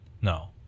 No